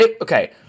Okay